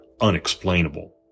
unexplainable